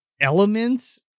elements